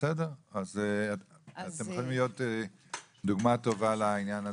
בסדר, אז אתם יכולים להיות דוגמה טובה לעניין הזה.